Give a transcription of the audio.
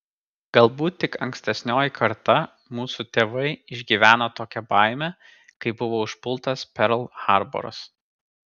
galbūt tik ankstesnioji karta mūsų tėvai išgyveno tokią baimę kai buvo užpultas perl harboras